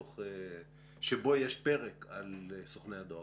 דוח שבו יש פרק על סוכני הדואר.